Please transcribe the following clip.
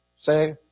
Say